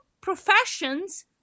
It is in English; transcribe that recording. professions